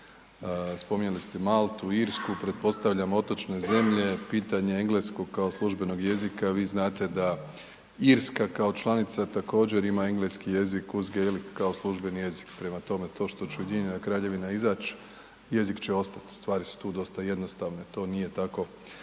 spominjali ste Maltu, Irsku, pretpostavljam otočne zemlje, pitanje engleskog kao službenog jezika, vi znate da Irska kao članica također ima engleski jezik uz gaeli kao službeni jezik. Prema tome, to što će Ujedinjena Kraljevina izać, jezik će ostat. Stvari su tu dosta jednostavne, to nije tako